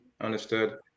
Understood